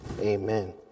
amen